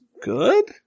good